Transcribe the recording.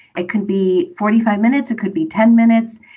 it can be forty five minutes. it could be ten minutes,